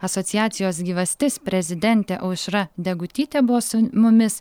asociacijos gyvastis prezidentė aušra degutytė buvo su mumis